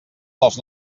dels